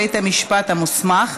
בית המשפט המוסמך),